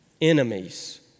enemies